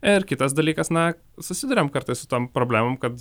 ir kitas dalykas na susiduriam kartais su tom problemom kad